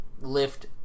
lift